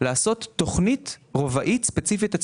לעשות תוכניות רובע ספציפיות.